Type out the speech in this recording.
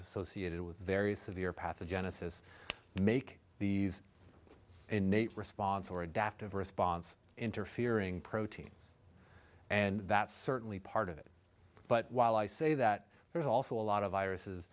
associated with very severe pathogenesis make these innate response or adaptive response interfering proteins and that's certainly part of it but while i say that there's also a lot of viruses